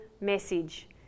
message